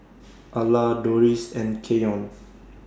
Ala Dorris and Keyon